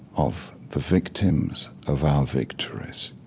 of the victims of our victories,